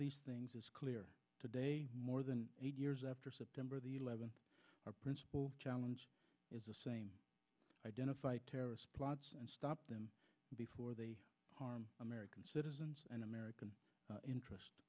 these things is clear today more than eight years after september the eleventh our principal challenge is the same identify terrorist plots and stop them before they harm american citizens and american interest